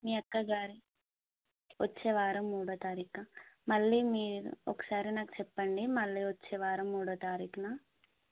మీ అక్క గారి వచ్చే వారం మూడో తారీఖు మళ్ళీ మీరు ఒకసారి నాకు చెప్పండి మళ్ళీ వచ్చే వారం మూడో తారీఖున